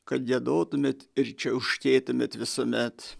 kad giedotumėt ir čiauškėtumėt visuomet